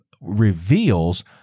reveals